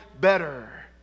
better